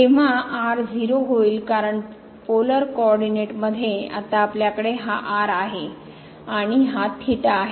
तेव्हा r 0 होईल कारण पोलर कोऑरडीनेट मध्ये आता आपल्याकडे हा r आहे आणि हा theta आहे